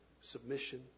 submission